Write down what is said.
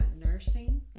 nursing